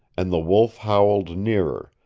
and the wolf howled nearer,